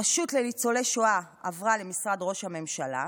הרשות לניצולי שואה עברה למשרד ראש הממשלה,